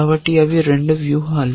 కాబట్టి అవి 2 వ్యూహాలు